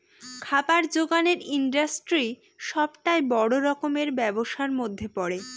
খাবার জোগানের ইন্ডাস্ট্রি সবটাই বড় রকমের ব্যবসার মধ্যে পড়ে